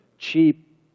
Cheap